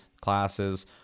classes